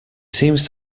seems